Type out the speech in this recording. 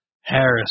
Harris